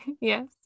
Yes